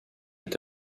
est